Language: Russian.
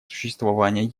существование